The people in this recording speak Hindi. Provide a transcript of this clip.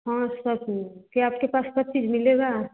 हाँ सब हुए क्या आपके पास सब चीज़ मिलेगा